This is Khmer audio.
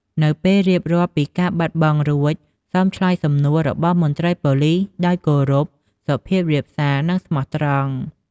នៅពេលរៀបរាប់ពីការបាត់បង់រួច សូមឆ្លើយសំណួររបស់មន្ត្រីប៉ូលីសដោយ គោរព សុភាពរាបសារ និងស្មោះត្រង់។